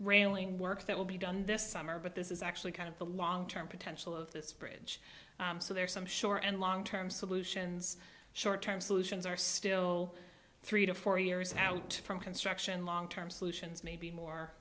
railing work that will be done this summer but this is actually kind of the long term potential of this bridge so there are some short and long term solutions short term solutions are still three to four years out from construction long term solutions may be more